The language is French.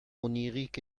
onirique